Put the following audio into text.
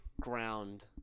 ground